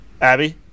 Abby